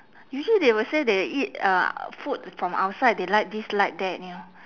usually they will say they eat uh food from outside they like this like that you know